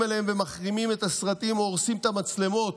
אליהן ומחרימים את הסרטים או הורסים את המצלמות,